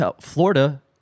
Florida